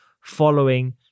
following